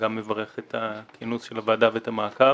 אני גם מברך על כינוס הוועדה ועל המעקב.